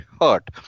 hurt